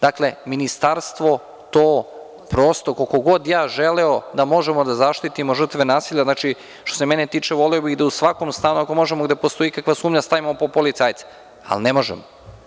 Dakle, ministarstvo to prosto, koliko god ja želeo da možemo da zaštitimo žrtve nasilja, što se mene tiče, voleo bih da u svakom stanu, ako možemo, gde postoji ikakva sumnja, stavimo po policajca, ali ne možemo.